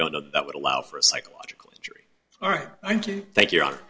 don't know that would allow for a psychological injury all right thank you thank you